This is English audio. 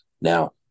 now